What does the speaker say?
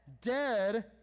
dead